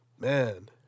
Man